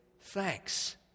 thanks